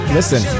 Listen